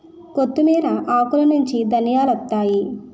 కొత్తిమీర ఆకులనుంచి ధనియాలొత్తాయి